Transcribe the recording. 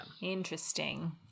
Interesting